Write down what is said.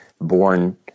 born